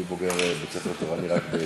אני בוגר בית-ספר תורני רק ביסודי.